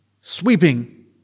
sweeping